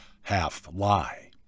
half-lie